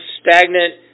stagnant